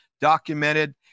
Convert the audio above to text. documented